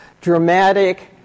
dramatic